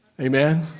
Amen